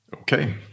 Okay